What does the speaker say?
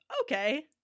okay